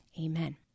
amen